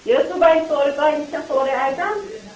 یہِ حظ سُہ بَنہِ سورُے تۄہہِ نِش سورُے آیٹَم